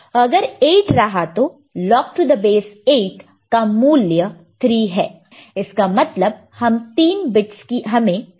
तो अगर 8 रहा तो log28 कम मूल्य 3 है इसका मतलब हम 3 बिट्स की जरूरत होगी